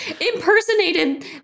impersonated